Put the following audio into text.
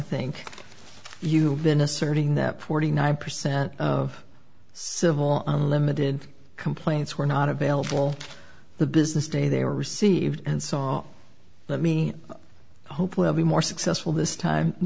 think you've been asserting that forty nine percent of civil unlimited complaints were not available the business day they were received and saw let me hope will be more successful this time